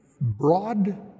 broad